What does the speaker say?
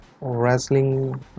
wrestling